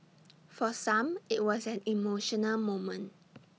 for some IT was an emotional moment